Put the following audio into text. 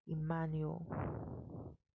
Emmanuel